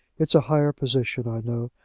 it's a higher position, i know,